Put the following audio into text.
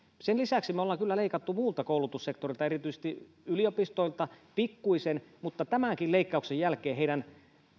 sen lisäksi me olemme kyllä leikanneet muuta koulutussektorilta erityisesti yliopistoilta pikkuisen mutta tämänkin leikkauksen jälkeen